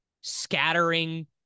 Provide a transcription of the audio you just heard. scattering